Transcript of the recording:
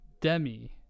Demi